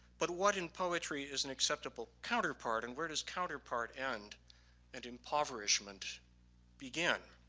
but what in poetry is an acceptable counterpart and where does counterpart end and impoverishment begin?